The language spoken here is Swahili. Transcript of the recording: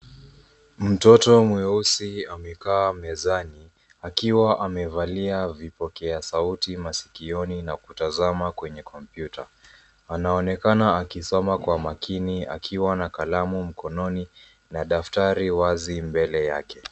Mtoto mweusi amekaa mezani akiwa amevaa vipokeasauti akitazama kwenye kompyuta. Anaonekana akisoma kwa makini akiwa na kalamu mkononi na daftari wazi mbele yake.